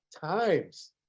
times